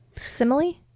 simile